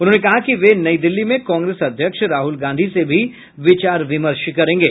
उन्होंने कहा कि वे नई दिल्ली में कांग्रेस अध्यक्ष राहुल गांधी से भी विचार विमर्श करेंगे